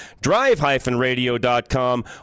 drive-radio.com